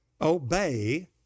obey